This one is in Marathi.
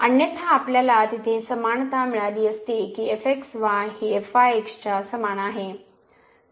अन्यथा आपल्याला तिथे समानता मिळाली असती की ही च्या समान आहे कारण ती पुरेशी अट आहे